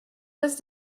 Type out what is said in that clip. was